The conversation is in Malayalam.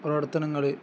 പ്രവർത്തനങ്ങള്